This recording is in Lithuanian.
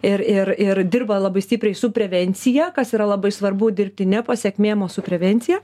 ir ir ir dirba labai stipriai su prevencija kas yra labai svarbu dirbti ne pasekmėm o su prevencija